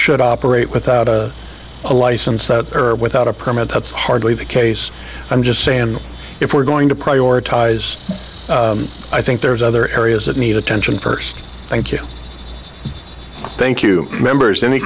should operate without a license or without a permit that's hardly the case i'm just saying if we're going to prioritize i think there's other areas that need attention first thank you thank you members any